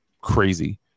crazy